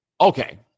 Okay